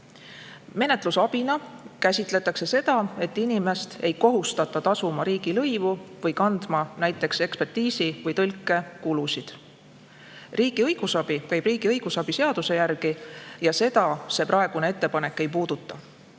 Menetlusabina käsitletakse seda, et inimest ei kohustata tasuma riigilõivu või kandma näiteks ekspertiisi- või tõlkekulusid. Riigi õigusabi võib anda riigi õigusabi seaduse järgi ja seda see praegune ettepanek ei puuduta.